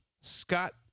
Scott